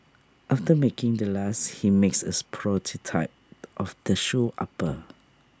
after making the last he makes as prototype of the shoe upper